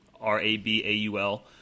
R-A-B-A-U-L